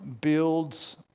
builds